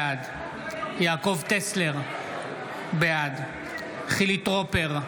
בעד יעקב טסלר, בעד חילי טרופר,